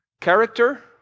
character